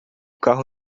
carro